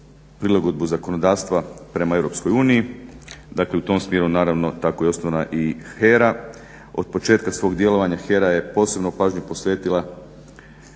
Hrvatskoj na